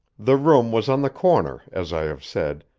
the room was on the corner, as i have said,